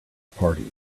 parties